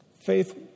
faith